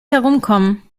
herumkommen